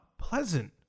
pleasant